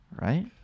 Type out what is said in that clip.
right